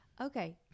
Okay